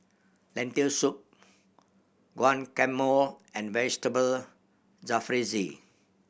Lentil Soup Guacamole and Vegetable Jalfrezi